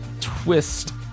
twist